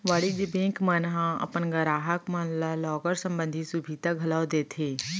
वाणिज्य बेंक मन ह अपन गराहक मन ल लॉकर संबंधी सुभीता घलौ देथे